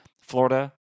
Florida